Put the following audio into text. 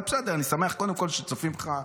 אבל בסדר, אני שמח שצופים בך,